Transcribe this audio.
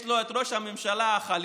יש לו את ראש הממשלה החליפי,